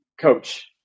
coach